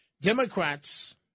Democrats